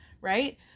right